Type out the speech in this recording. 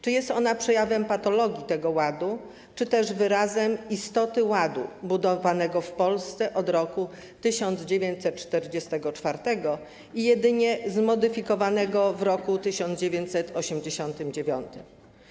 Czy jest ona przejawem patologii tego ładu, czy też wyrazem istoty ładu budowanego w Polsce od roku 1944 i jedynie zmodyfikowanego w roku 1989?